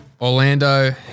Orlando